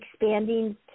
expanding